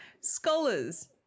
Scholars